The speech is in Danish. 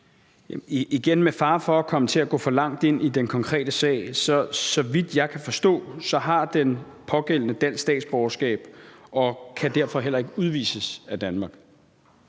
igen med fare for at komme til at gå for langt ind i den konkrete sag: Så vidt jeg kan forstå, har den pågældende dansk statsborgerskab og kan derfor heller ikke udvises af Danmark.